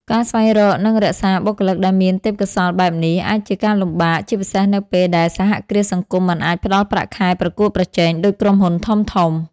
ការស្វែងរក និងរក្សាបុគ្គលិកដែលមានទេពកោសល្យបែបនេះ អាចជាការលំបាក ជាពិសេសនៅពេលដែលសហគ្រាសសង្គមមិនអាចផ្តល់ប្រាក់ខែប្រកួតប្រជែងដូចក្រុមហ៊ុនធំៗ ។